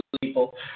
people